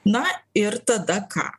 na ir tada ką